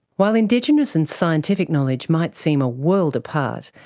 while indigenous and scientific knowledge might seem a world apart,